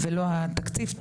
ולא התקציב.